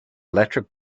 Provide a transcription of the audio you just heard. electric